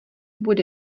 bude